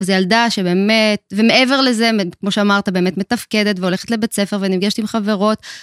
זו ילדה שבאמת, ומעבר לזה, כמו שאמרת, באמת מתפקדת והולכת לבית הספר ונפגשת עם חברות.